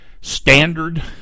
standard